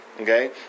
Okay